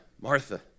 Martha